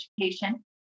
education